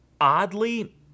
oddly